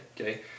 okay